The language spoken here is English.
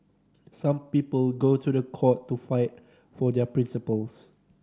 some people go to the court to fight for their principles